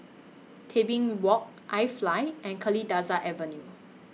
Tebing Walk IFly and Kalidasa Avenue